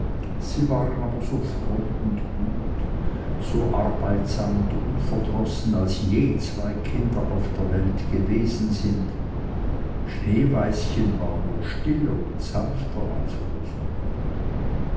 sie waren aber so fromm und gut so arbeitsam und unverdrossen als je zwei kinder auf der welt gewesen sind schneeweißchen war nur stiller und sanfter als rosenrot